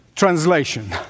translation